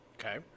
Okay